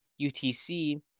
UTC